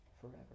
forever